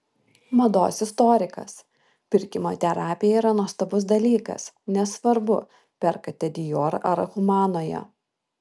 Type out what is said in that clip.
mados istorikas pirkimo terapija yra nuostabus dalykas nesvarbu perkate dior ar humanoje